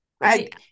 right